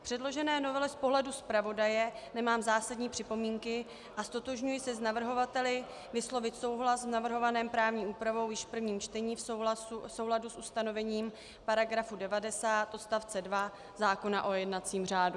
K předložené novele z pohledu zpravodaje nemám zásadní připomínky a ztotožňuji se s navrhovateli vyslovit souhlas s navrhovanou právní úpravou již v prvním čtení v souladu s ustanovením § 90 odst. 2 zákona o jednacím řádu.